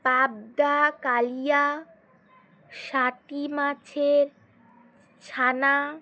পাবদা কালিয়া মাছের ছানা